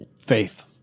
Faith